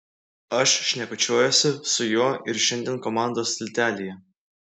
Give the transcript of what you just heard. aš šnekučiuojuosi su juo ir šiandien komandos tiltelyje